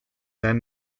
and